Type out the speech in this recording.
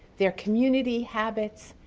their community habits,